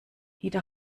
ida